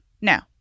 Now